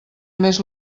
més